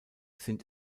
sind